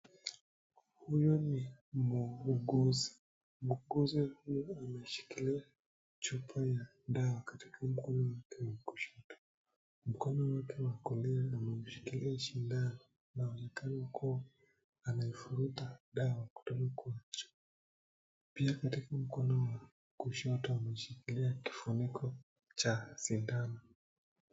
Huyu ni muuguzi. Muuguzi huyu ameshikilia chupa ya dawa katika mkono wake wa kushoto. Mkono wake wa kulia ameshikilia shindano anaonekana kuwa anaivuruta dawa kutoka kwa chupa pia katika mkono wa kushoto ameshikilia kifuniko cha sindano.